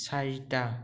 চাৰিটা